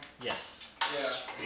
Yes